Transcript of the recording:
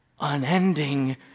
unending